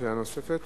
שאלה נוספת.